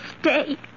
stay